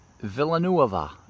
Villanueva